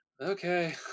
Okay